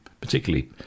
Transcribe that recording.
particularly